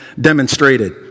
demonstrated